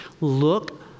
Look